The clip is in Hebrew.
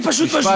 אני פשוט בשוונג.